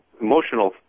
emotional